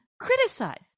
criticize